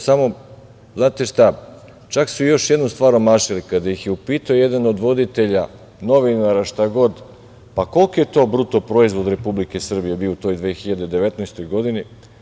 Samo, znate šta, čak su još jednu stvar omašili, kada ih je upitao jedan od voditelja, novinara, šta god, koliki je to BDP Republike Srbije bio u toj 2019. godini?